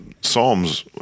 Psalms